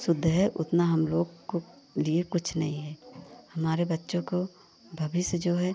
शुद्ध है उतना हम लोग को लिए कुछ नहीं है हमारे बच्चों को भविष्य जो है